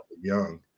young